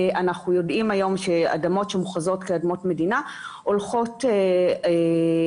אנחנו יודעים היום שאדמות שמוכרזות כאדמות מדינה הולכות לשימוש